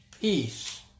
peace